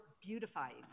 beautifying